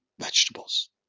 vegetables